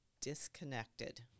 disconnected